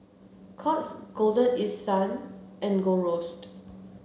Courts Golden East Sun and Gold Roast